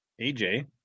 AJ